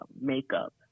makeup